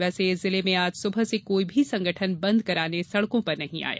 वैसे जिले में आज सुबह से कोई भी संगठन बंद कराने सड़कों पर नहीं आया